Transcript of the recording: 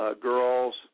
girls